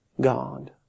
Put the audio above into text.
God